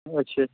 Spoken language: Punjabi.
ਅੱਛਾ